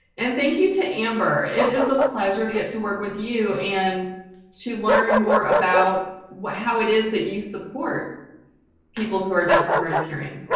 and thank you to amber. it is a pleasure to get to work with you and to learn more about what how it is that you support people who are deaf or hard of hearing.